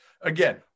again